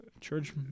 church